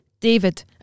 David